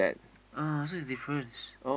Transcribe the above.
ah so is difference